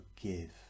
forgive